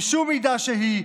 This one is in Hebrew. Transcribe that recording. בשום מידה שהיא,